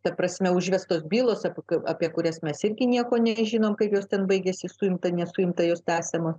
ta prasme užvestos bylos apie apie kurias mes irgi nieko nežinom kaip jos ten baigėsi suimta nesuimta jos tęsiama